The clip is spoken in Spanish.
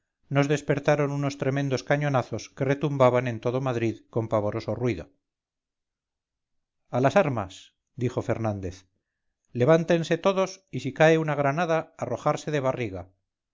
nos despertaron unos tremendos cañonazos que retumbaban en todo madrid con pavoroso ruido a las armas dijo fernández levántense todos y si cae una granada arrojarse de barriga